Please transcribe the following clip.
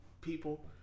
people